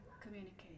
communicate